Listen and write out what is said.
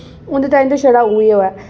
उं'दे ताईं ते छड़ा उ'ऐ ऐ